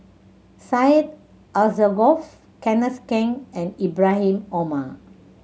Syed Alsagoff Kenneth Keng and Ibrahim Omar